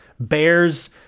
bears